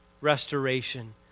restoration